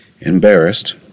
Embarrassed